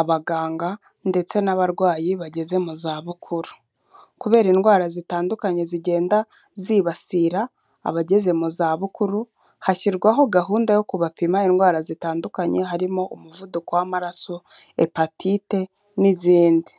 abaganga ndetse n'abarwayi bageze mu zabukuru. Kubera indwara zitandukanye zigenda zibasira abageze mu zabukuru, hashyirwaho gahunda yo kubapima indwara zitandukanye harimo umuvuduko, w'amaraso, hepatite n'izindi.